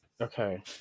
Okay